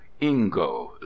Ingo